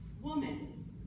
woman